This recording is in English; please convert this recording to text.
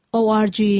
org